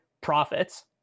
profits